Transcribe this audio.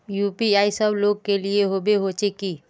UPI सब लोग के लिए होबे होचे की?